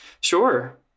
Sure